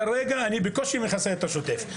כרגע אני בקושי מכסה את השוטף,